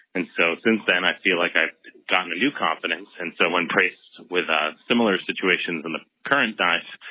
and so since then, i feel like i've gotten a new confidence. and so when faced with ah similar situations in the current time,